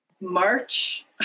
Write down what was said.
March